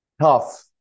tough